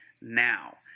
now